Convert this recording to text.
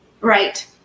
Right